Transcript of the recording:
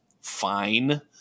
fine